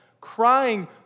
Crying